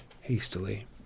hastily